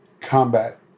combat